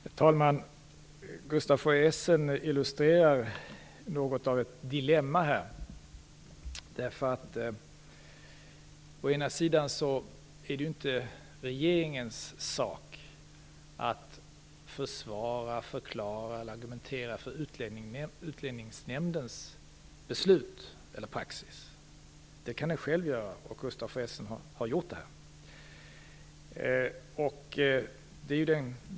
Herr talman! Gustaf von Essen illustrerar här något av ett dilemma. Å ena sidan är det inte regeringens sak att försvara, förklara eller argumentera för Utlänningsnämndens beslut eller praxis. Det kan den själv göra, och det har Gustaf von Essen gjort här.